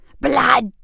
Blood